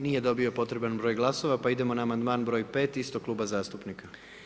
Nije dobio potreban broj glasova, pa idemo na amandman br. 5 istog Kluba zastupnika.